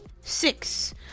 six